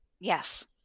Yes